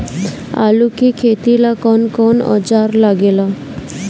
आलू के खेती ला कौन कौन औजार लागे ला?